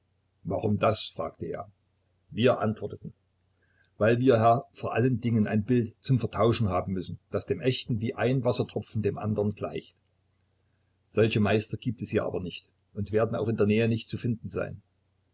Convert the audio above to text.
warum das fragte er wir antworteten weil wir herr vor allen dingen ein bild zum vertauschen haben müssen das dem echten wie ein wassertropfen dem andern gleicht solche meister gibt es hier aber nicht und werden auch in der nähe nicht zu finden sein